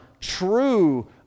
true